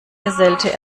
gesellte